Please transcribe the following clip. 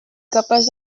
capaç